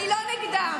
אני אומר מה שאת אומרת,